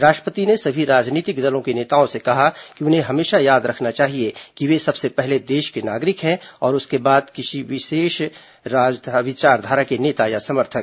राष्ट्रपति ने सभी राजनीतिक दलों के नेताओं से कहा कि उन्हें हमेशा याद रखना चाहिए कि वे सबसे पहले देश के नागरिक हैं और उसके बाद किसी विशेष विचारधारा के नेता या समर्थक